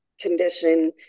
condition